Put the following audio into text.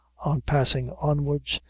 on passing onwards,